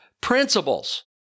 principles